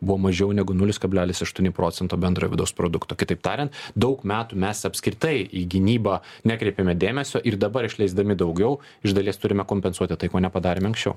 buvo mažiau negu nulis kablelis aštuoni procento bendrojo vidaus produkto kitaip tariant daug metų mes apskritai į gynybą nekreipėme dėmesio ir dabar išleisdami daugiau iš dalies turime kompensuoti tai ko nepadarėm anksčiau